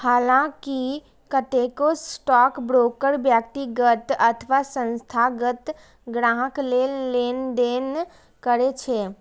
हलांकि कतेको स्टॉकब्रोकर व्यक्तिगत अथवा संस्थागत ग्राहक लेल लेनदेन करै छै